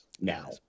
now